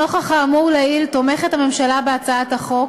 נוכח האמור לעיל, תומכת הממשלה בהצעת החוק,